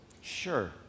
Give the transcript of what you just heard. sure